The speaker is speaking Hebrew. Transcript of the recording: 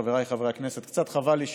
חבריי חברי הכנסת, קצת חבל לי,